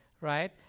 right